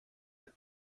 der